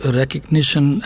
recognition